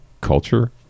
culture